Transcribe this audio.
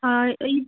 ಹಾಂ ಈ